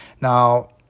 Now